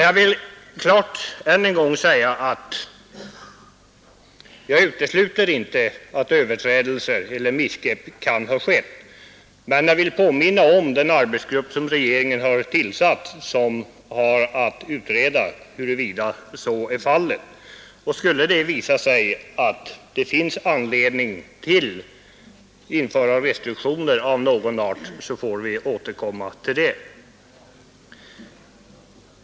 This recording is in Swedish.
Jag vill klart säga än en gång att jag inte utesluter att missgrepp kan ha skett, men jag vill påminna om den arbetsgrupp som regeringen har tillsatt och som har att utreda huruvida så är fallet. Skulle det visa sig att det finns anledning att införa restriktioner av någon art, så får vi återkomma till det.